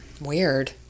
Weird